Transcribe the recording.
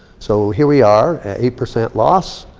so, here we are at eight percent loss.